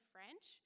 French